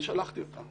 אני שלחתי אותה,